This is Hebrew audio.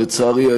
לצערי,